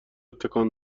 تکان